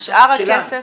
ושאר הכסף?